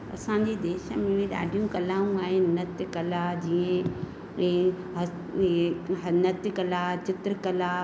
असांजे देश में ॾाढियूं कलाऊं आहिनि नृत्य कला जीअं ए ह ए नृत्य कला चित्र कला